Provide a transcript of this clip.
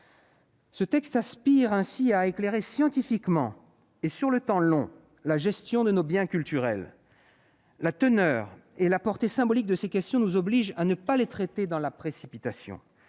Ce texte aspire ainsi à éclairer scientifiquement et sur le temps long la gestion de nos biens culturels. La teneur et la portée symbolique de ces questions nous obligent à ne pas les traiter dans la précipitation.